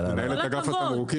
את מינהלת אגף התמרוקים